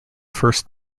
first